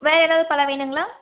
வேறே எதாவது பழம் வேணுங்களா